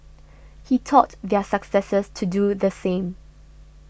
he taught their successors to do the same